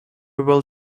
will